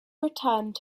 returned